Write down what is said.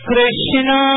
Krishna